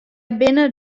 binne